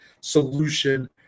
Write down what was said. solution –